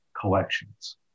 collections